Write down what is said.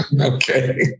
Okay